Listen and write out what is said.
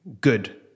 good